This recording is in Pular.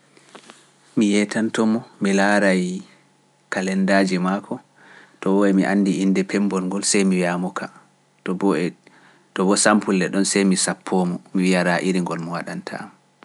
Mi yeeytanto mo, mi laaraay kalendaaji makko, to woye mi anndi innde pemmbol ngol sey mi wiya mo ka, to bo sampulle ɗon sey mi sappomo, mi wiyara iri ngol mo waɗanta.